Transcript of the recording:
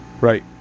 Right